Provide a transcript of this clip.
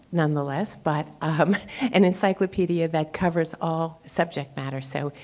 nonetheless, but an encyclopedia that covers all subject matters. so,